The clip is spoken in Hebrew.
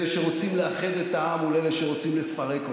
אלה שרוצים לאחד את העם מול אלה שרוצים לפרק אותו.